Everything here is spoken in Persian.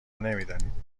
نمیدانیم